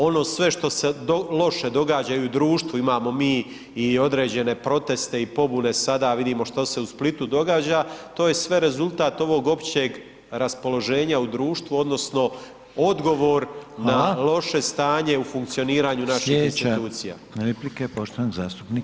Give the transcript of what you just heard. Ono sve što se loše događa i u društvu imamo mi i određene proteste i pobune sada, vidimo što se u Splitu događa, to je sve rezultat ovog općeg raspoloženja u društvu odnosno odgovor na loše stanje u funkcioniranju naših institucija.